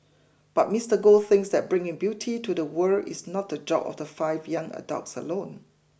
but Mister Goh thinks that bringing beauty to the world is not the job of the five young adults alone